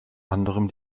anderem